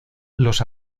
los